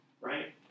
right